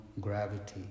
gravity